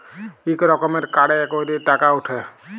ইক রকমের কাড়ে ক্যইরে টাকা উঠে